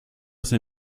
ces